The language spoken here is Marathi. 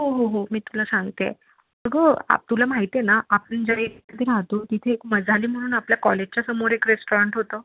हो हो हो मी तुला सांगते आहे अगं तुला माहिती आहे ना आपण ज्या एखादी राहतो तिथे एक मजली म्हणून आपल्या कॉलेजच्यासमोर एक रेस्टॉरंट होतं